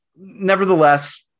nevertheless